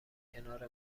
کنار